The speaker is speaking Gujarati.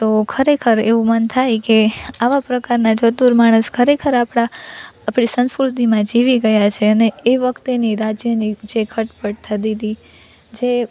તો ખરેખર એવું મન થાય કે આવા પ્રકારના ચતુર માણસ ખરેખર આપણા આપણી સંસ્કૃતિમાં જીવી ગયા છે ને એ વખતેની રાજ્યની જે ખટપટ થતી હતી જે